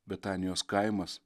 betanijos kaimas